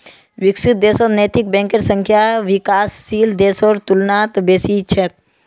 विकसित देशत नैतिक बैंकेर संख्या विकासशील देशेर तुलनात बेसी छेक